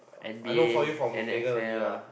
N_B_A N_F_L